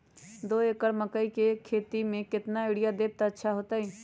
दो एकड़ मकई के खेती म केतना यूरिया देब त अच्छा होतई?